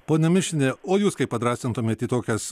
pone mišiniene o jūs kaip padrąsintumėt į tokias